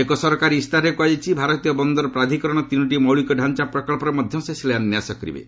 ଏକ ସରକାରୀ ଇସ୍ତାହାରରେ କୁହାଯାଇଛି ଭାରତୀୟ ବନ୍ଦର ପ୍ରାଧିକରଣର ତିନୋଟି ମୌଳିକ ଢାଞ୍ଚା ପ୍ରକଳ୍ପର ମଧ୍ୟ ସେ ଶିଳାନ୍ୟାସ କରିବେ